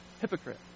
Hypocrite